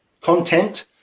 content